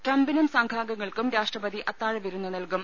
ട്രംപിനും സംഘാംഗങ്ങൾക്കും രാഷ്ട്രപതി അത്താഴവിരുന്ന് നൽകും